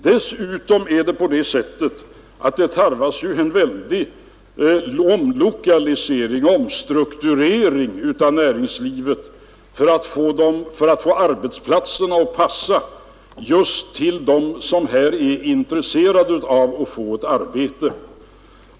Dessutom tarvas det en väldig omlokalisering och omstrukturering av näringslivet för att få arbetsplatserna att passa just för dem som här är intresserade av att få ett arbete.